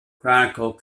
chronicle